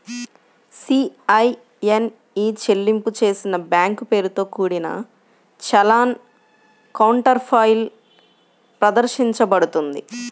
CIN ఇ చెల్లింపు చేసిన బ్యాంక్ పేరుతో కూడిన చలాన్ కౌంటర్ఫాయిల్ ప్రదర్శించబడుతుంది